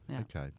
Okay